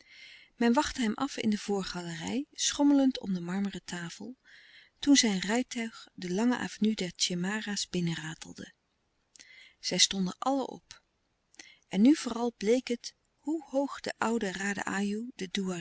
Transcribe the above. men wachtte hem af in de voorgalerij schommelend om de marmeren tafel toen zijn rijtuig de lange avenue der tjemara's binnenratelde zij stonden allen op en nu vooral bleek het hoe hoog de oude raden ajoe de